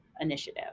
initiative